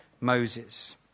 Moses